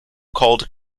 called